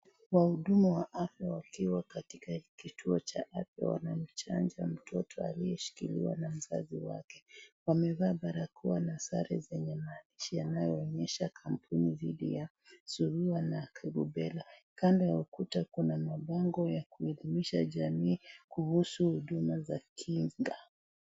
Wahudumu wa afya wakiwa katika kituo cha afya wakiwa wanamchanja mtoto aliyeshikiliwa na mzazi wake. Wamevaa barakoa na sare zenye maandishi yanayoonyesha kampuni dhidi ya surua na Rubella. Kando ya ukuta kuna mabango ya kuelimisha jamii kuhusu huduma za kinga.